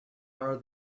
are